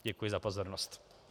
Děkuji za pozornost.